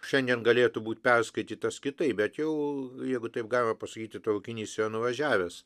šiandien galėtų būti perskaitytas kitaip bet jau jeigu taip galima pasakyti traukinys yra nuvažiavęs